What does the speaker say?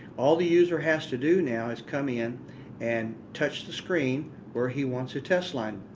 all the user has to do now is coming in and touch the screen where he wants to test line.